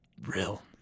real